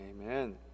Amen